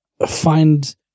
find